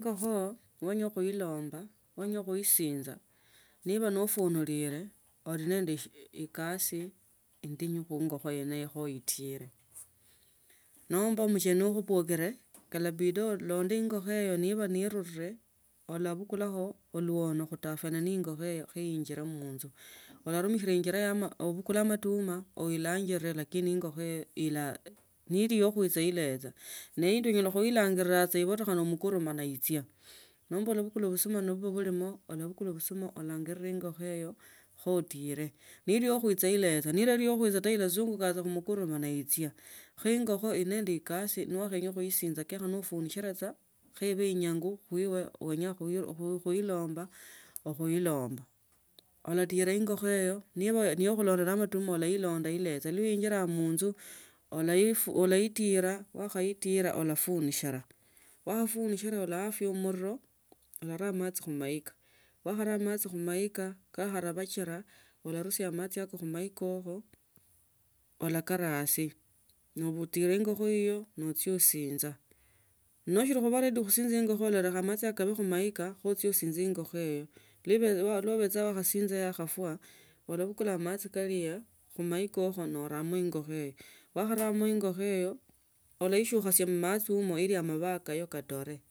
Ingokho nowenya khuilomba nawenya khuisinja niba nafunu lie oli nende ekasi indingu khu ingokho rya kha uitile nomba omucheni wuwo okhubwagole kalabida olonde ingokho iyo niba nirule olabukula uluono kutafuta ne ingokho iyo icho kho injile munzu ularumikila injila ya obusie olabulakula amatuma ulaingile lakini ingokho ni li ya khuicha ilecha neindi unyala kuinanja ibotekhala mukurimana ne ichiya nomba ulabukula busuma niba bulimo olabukua busumu ulangile ingokho eyo kho nitile nili yakhuecha elecha nelari ya khuecha ilazunguka saa mala ichia kho ingokho ili nende ekasi ne wakhenga khuitila lakini nafurukira saa khu obe iyangu kuiba uwenya khuilomba khuilomba olafila ingokho eyo niba ni ya khulonda nende amatuma ulaionda itecha naba uinjira munzu ulaitila nokhaitilia ulafunishira wakhafunishira ulaashamuliro ulara machi khumaiva wakharoa machi khumaila khakharabichila ularusia machi ako khumaika ukiwa ulakara asi notila ingokho eyo nachia usinja nosiba hady khusinja ingokho ekha machi yake kabe khumaika alafu uchie usinje ingokho eyo liba nobecha wakhasinga yakhafwa ulabukula machi kalya khumaika ukwo noramu ingokho iyo wakharamu ingokho eyo ulaishukhasia mmachi umwa ili mabaya kabo katori.